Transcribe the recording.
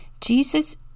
Jesus